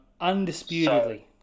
Undisputedly